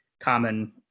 common